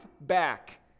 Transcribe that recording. back